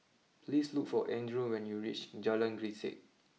please look for Andrew when you reach Jalan Grisek